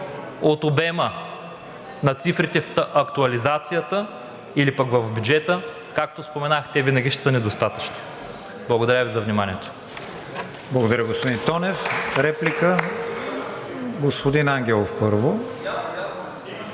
от обема на цифрите в актуализацията или пък в бюджета, както споменах, те винаги ще са недостатъчни. Благодаря Ви за вниманието.